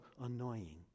annoying